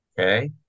Okay